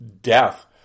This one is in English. death